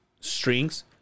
strings